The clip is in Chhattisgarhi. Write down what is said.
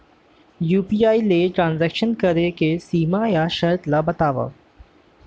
यू.पी.आई ले ट्रांजेक्शन करे के सीमा व शर्त ला बतावव?